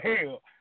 hell